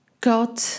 God